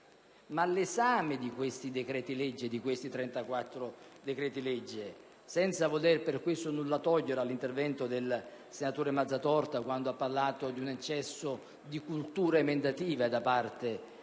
Ma l'esame di questi 34 decreti-legge, senza voler nulla togliere all'intervento del senatore Mazzatorta che ha parlato di un eccesso di cultura emendativa da parte del